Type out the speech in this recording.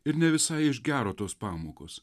ir ne visai iš gero tos pamokos